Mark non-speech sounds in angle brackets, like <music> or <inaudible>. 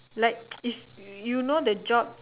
like <noise> is you know the job